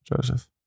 Joseph